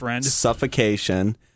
suffocation